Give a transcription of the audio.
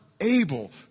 able